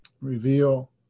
reveal